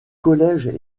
collèges